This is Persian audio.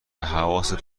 حواست